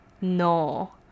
No